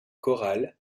chorales